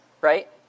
right